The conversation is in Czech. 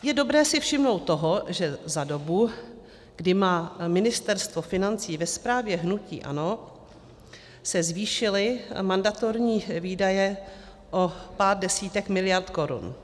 Je dobré si všimnout toho, že za dobu, kdy má Ministerstvo financí ve správě hnutí ANO, se zvýšily mandatorní výdaje o pár desítek miliard korun.